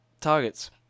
Targets